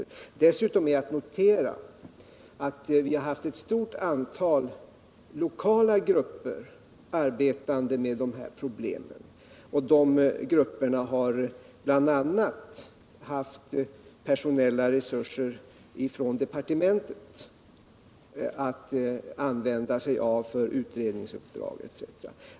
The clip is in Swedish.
Dessutom är att notera att vi har haft ett stort antal lokala grupper arbetande med dessa problem. De grupperna har bl.a. haft personella resurser från departementet att använda sig av för utredningsuppdrag etc.